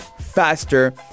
faster